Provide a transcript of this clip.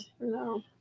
No